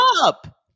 up